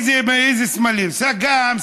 איזה סמלים סג"מ,